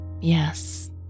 Yes